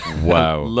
wow